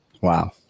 Wow